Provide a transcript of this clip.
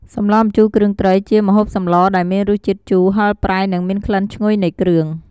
សម្លម្ជូរគ្រឿងត្រី ជាម្ហូបសម្លដែលមានរសជាតិជូរ ហឹរ ប្រៃ និងមានក្លិនឈ្ងុយនៃគ្រឿង។